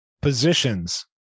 positions